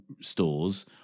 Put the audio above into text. stores